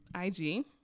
IG